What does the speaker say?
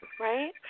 right